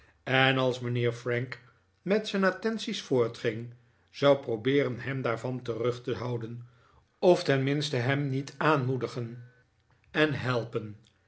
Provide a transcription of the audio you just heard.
en als mijnheer frank met zijn attenties voortging zou probeeren hem daarvan terug te houden of tenminste hem niet aanmoedigen en helpen